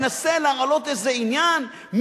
מנסה להעלות איזה עניין,